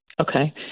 Okay